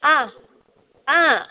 അ ആ